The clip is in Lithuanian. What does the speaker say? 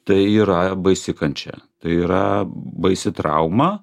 tai yra baisi kančia tai yra baisi trauma